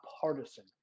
partisan